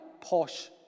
posh